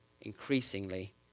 increasingly